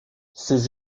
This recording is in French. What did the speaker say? ces